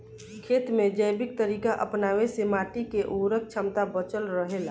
खेत में जैविक तरीका अपनावे से माटी के उर्वरक क्षमता बचल रहे ला